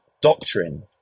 doctrine